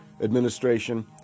administration